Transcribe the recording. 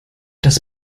das